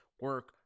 Work